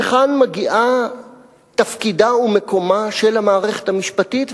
וכאן מגיעים תפקידה ומקומה של המערכת המשפטית,